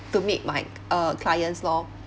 to meet my uh clients lor